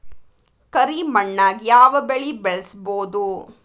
ಕರಿ ಮಣ್ಣಾಗ್ ಯಾವ್ ಬೆಳಿ ಬೆಳ್ಸಬೋದು?